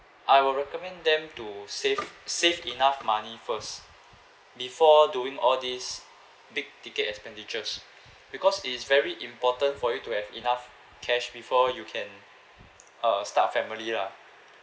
I will recommend them to save save enough money first before doing all these big ticket expenditures because it is very important for you to have enough cash before you can uh start a family lah